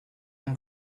and